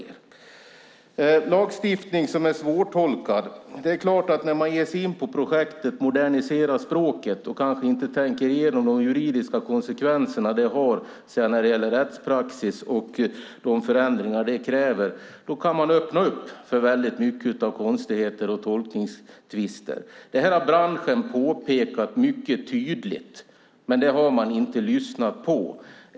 När det gäller lagstiftning som är svårtolkad är det klart att man när man ger sig in på projektet att modernisera språket och kanske inte tänker igenom de juridiska konsekvenserna detta har när det sedan gäller rättspraxis och de förändringar det kräver kan öppna upp för väldigt mycket konstigheter och tolkningstvister. Detta har branschen mycket tydligt påpekat, men det har man inte lyssnat på.